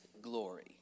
glory